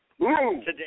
today